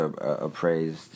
Appraised